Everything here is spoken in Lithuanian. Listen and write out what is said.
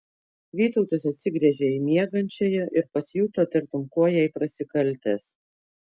vytautas atsigręžė į miegančiąją ir pasijuto tartum kuo jai prasikaltęs